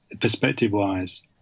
perspective-wise